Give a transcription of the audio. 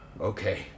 okay